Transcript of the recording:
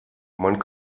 man